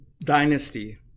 Dynasty